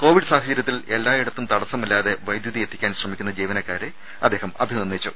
Covid സാഹചര്യത്തിൽ എല്ലായിടത്തും തടസ്സമില്ലാതെ വൈദ്യുതിയെത്തിക്കാൻ ശ്രമിക്കുന്ന ജീവനക്കാരെ അദ്ദേഹം അഭിനന്ദിച്ചു